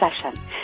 Session